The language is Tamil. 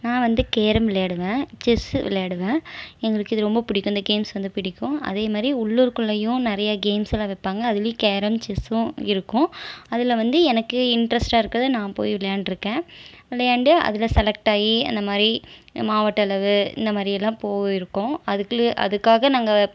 நான் வந்து கேரம் விளையாடுவேன் செஸ் விளையாடுவேன் எங்களுக்கு இது ரொம்ப பிடிக்கும் இந்த கேம்ஸ் வந்து பிடிக்கும் அதே மாதிரி உள்ளூர்க்குள்ளேயும் நிறைய கேம்ஸ்லாம் வைப்பாங்க அதிலயும் கேரம் செஸ்சும் இருக்கும் அதில் வந்து எனக்கு இண்ட்ராஸ்ட்டாக இருக்கிறது போய் விளையாண்டுருக்கன் விளையாண்டு அதில் செலக்ட் ஆகி அந்த மாதிரி மாவட்ட அளவு இந்த மாதிரிலாம் போயிருக்கோம் அதுக்குள்ள அதுக்காகவே நாங்கள்